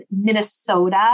Minnesota